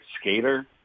skater